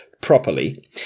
properly